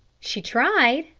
she tried,